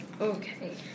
Okay